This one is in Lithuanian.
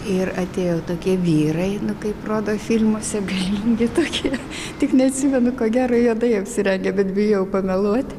ir atėjo tokie vyrai nu kaip rodo filmuose galingi tokie tik neatsimenu ko gero juodai apsirengę bet bijau pameluot